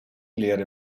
leere